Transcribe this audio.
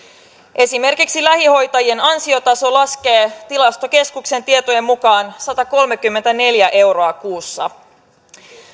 esimerkiksi lähihoitajien ansiotaso laskee tilastokeskuksen tietojen mukaan satakolmekymmentäneljä euroa kuussa